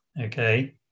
okay